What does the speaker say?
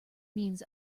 means